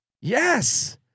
Yes